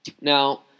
Now